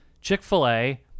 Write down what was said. Chick-fil-A